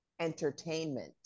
entertainment